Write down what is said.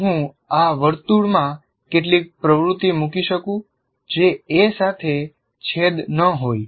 શું હું આ વર્તુળમાં કેટલીક પ્રવૃત્તિ મૂકી શકું જે A સાથે છેદ ન હોય